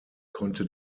konnte